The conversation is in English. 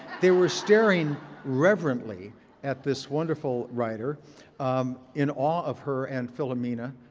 they were staring reverently at this wonderful writer in awe of her and philomena,